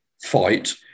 fight